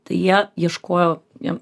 tai jie ieškojo jiem